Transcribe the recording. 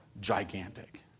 gigantic